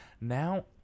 Now